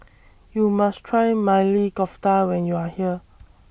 YOU must Try Maili Kofta when YOU Are here